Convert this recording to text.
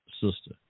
sister